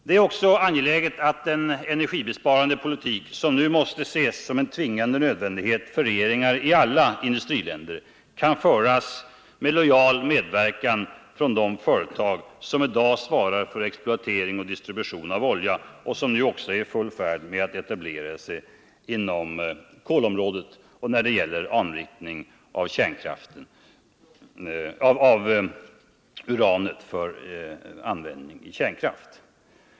Det är också angeläget att den energibesparande politik som nu måste ses som en tvingande nödvändighet för regeringar i alla industriländer kan föras med lojal medverkan från de företag som i dag svarar för exploatering och distribution av olja och som nu också är i färd med att etablera sig inom kolområdet och när det gäller anrikning av uran för framställning av kärnkraft.